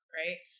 right